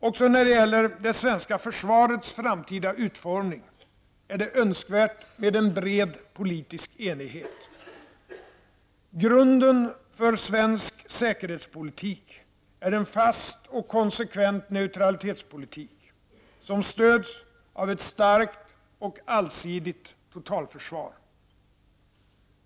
Också när det gäller det svenska försvarets framtida utformning är det önskvärt med en bred politisk enighet. Grunden för svensk säkerhetspolitik är en fast och konsekvent neutralitetspolitik som stöds av ett starkt och allsidigt totalförsvar.